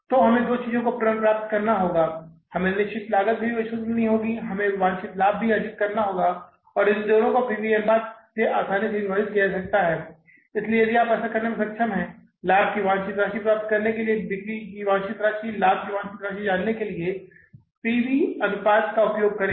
तो हमें दो चीजों को पुनर्प्राप्त करना होगा हमें निश्चित लागत भी वसूल करनी होगी हमें वांछित लाभ भी अर्जित करना होगा और इन दोनों को P V अनुपात से आसानी से विभाजित किया जा सकता है इसलिए यदि आप ऐसा करने में सक्षम हैं लाभ की वांछित राशि प्राप्त करने के लिए बिक्री की वांछित राशि लाभ की वांछित राशि जानने के लिए पी वी अनुपात का उपयोग करें